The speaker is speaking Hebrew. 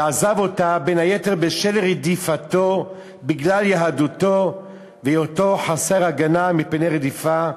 ועזב אותה בין היתר בשל רדיפתו בגלל יהדותו והיותו חסר הגנה מפני רדיפה,